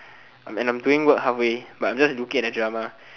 and I'm doing work halfway but I'm just looking at the drama